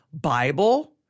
Bible